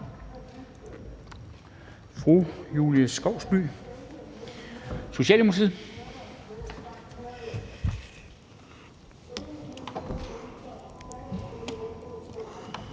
Fru Julie Skovsby, Socialdemokratiet.